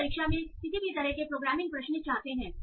वे परीक्षा में किसी भी तरह के प्रोग्रामिंग प्रश्न चाहते हैं